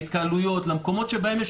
להקטנת ההתקהלויות במקומות שבהם יש